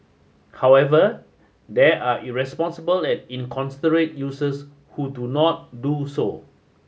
however there are irresponsible and inconsiderate users who do not do so